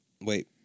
wait